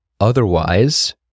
Otherwise